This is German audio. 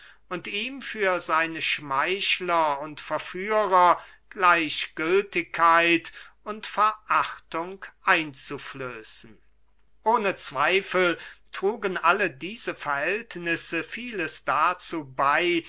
und ihm für seine schmeichler und verführer gleichgültigkeit und verachtung einzuflößen ohne zweifel trugen alle diese verhältnisse vieles dazu bey